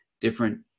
different